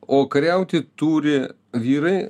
o kariauti turi vyrai